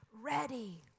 ready